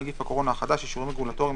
נגיף הקורונה החדש) (אישורים רגולטוריים),